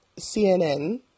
CNN